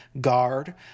guard